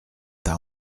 t’as